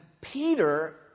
Peter